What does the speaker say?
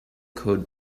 code